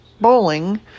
bowling